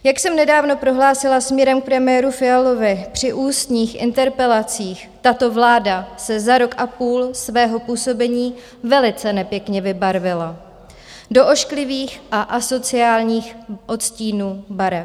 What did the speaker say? Jak jsem nedávno prohlásila směrem k premiéru Fialovi při ústních interpelacích, tato vláda se za rok a půl svého působení velice nepěkně vybarvila do ošklivých a asociálních odstínů barev.